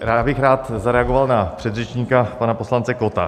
Já bych rád zareagoval na předřečníka, pana poslance Kotta.